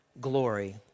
glory